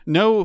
no